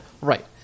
Right